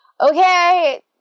okay